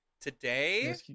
Today